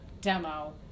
demo